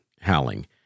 howling